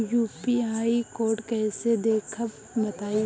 UPI code कैसे देखब बताई?